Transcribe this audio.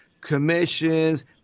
commissions